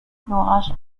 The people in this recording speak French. l’orage